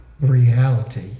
reality